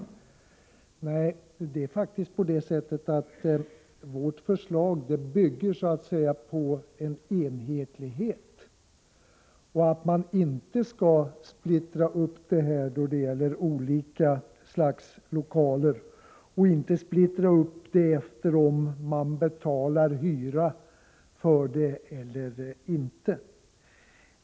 Men det är faktiskt på det sättet att vårt förslag bygger på en enhetlighet. Det bygger på att man inte skall splittra upp det och göra skillnad mellan olika slags lokaler eller låta bidraget vara beroende av om man betalar hyra eller inte.